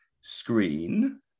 screen